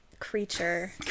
creature